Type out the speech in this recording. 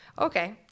Okay